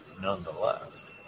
Nonetheless